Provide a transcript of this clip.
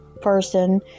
person